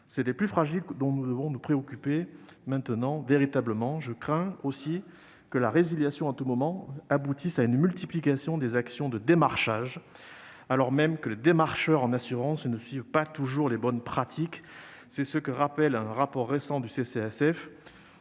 vingt ou vingt-cinq ans. Nous devons nous préoccuper des plus fragiles. Je crains aussi que la résiliation à tout moment n'aboutisse à une multiplication des actions de démarchage, alors même que les démarcheurs en assurance ne suivent pas toujours les bonnes pratiques, comme le rappelle un rapport récent du CCSF.